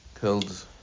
killed